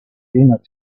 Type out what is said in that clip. dinner